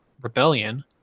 rebellion